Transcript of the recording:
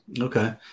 Okay